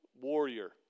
warrior